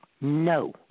No